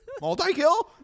Multi-kill